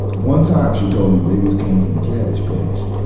one time, she told me babies came from the cabbage patch,